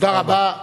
תודה רבה.